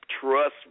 Trust